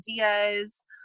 ideas